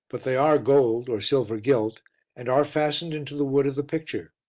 but they are gold or silver-gilt, and are fastened into the wood of the picture.